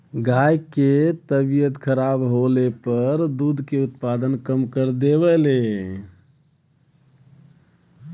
गाय के तबियत खराब होले पर दूध के उत्पादन कम कर देवलीन